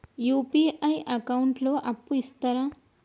UPI account లో అప్పు ఇస్తరా?